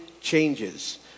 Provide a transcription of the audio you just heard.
changes